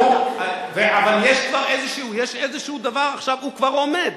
אבל יש כבר איזה דבר עכשיו שהוא כבר עומד.